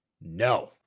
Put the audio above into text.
No